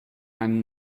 einen